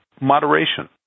moderation